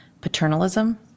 paternalism